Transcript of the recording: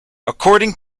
according